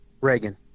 Reagan